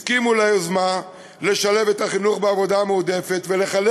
הסכימו ליוזמה לשלב את החינוך בעבודה המועדפת ולחלק